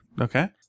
Okay